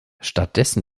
stattdessen